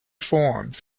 forms